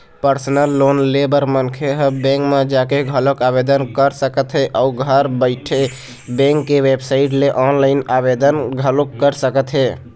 personal loan ले बर मनखे ह बेंक म जाके घलोक आवेदन कर सकत हे अउ घर बइठे बेंक के बेबसाइट ले ऑनलाईन आवेदन घलोक कर सकत हे